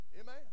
Amen